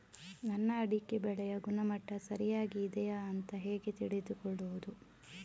ನನ್ನ ಅಡಿಕೆ ಬೆಳೆಯ ಗುಣಮಟ್ಟ ಸರಿಯಾಗಿ ಇದೆಯಾ ಅಂತ ಹೇಗೆ ತಿಳಿದುಕೊಳ್ಳುವುದು?